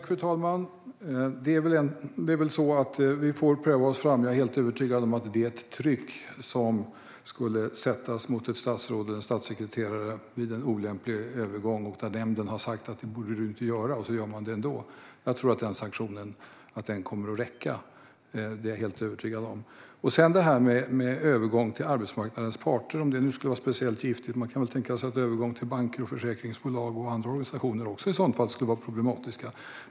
Fru talman! Vi får väl pröva oss fram. Jag är helt övertygad om att det tryck som skulle sättas på ett statsråd eller en statssekreterare vid en övergång som nämnden har sagt att man inte borde göra men man ändå gör är en sanktion som kommer att räcka. Sedan förstår jag inte att en övergång till någon av arbetsmarknadens parter skulle vara speciellt giftig. I så fall skulle väl också övergångar till banker, försäkringsbolag och andra organisationer vara problematiska.